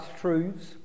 truths